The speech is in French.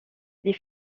les